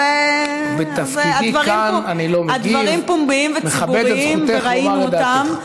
אז הדברים פומביים וציבוריים וראינו אותם.